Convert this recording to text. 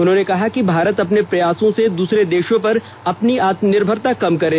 उन्होंने कहा कि भारत अपने प्रयासों से दूसरे देषों पर अपनी निर्भरता कम करे